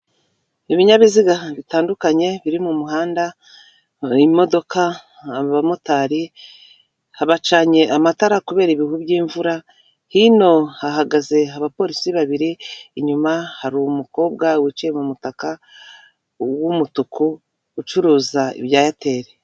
Ibinyabiziga bitandukanye biri mu mu handa imodoka abamotari bacanye amatara kubera ibihu by'imvura hino hahagaze abapolisi babiri inyuma hari umukobwa wicaye mu mutaka w'umutuku ucuruza ibya eyateri.